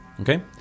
Okay